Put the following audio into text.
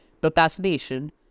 Procrastination